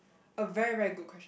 a very very good question